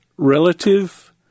relative